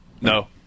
No